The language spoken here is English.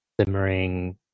simmering